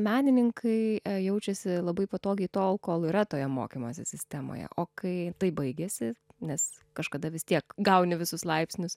menininkai jaučiasi labai patogiai tol kol yra toje mokymosi sistemoje o kai tai baigiasi nes kažkada vis tiek gauni visus laipsnius